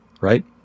right